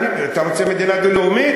אתה רוצה מדינה דו-לאומית?